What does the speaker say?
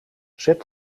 zet